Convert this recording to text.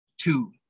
two